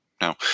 Now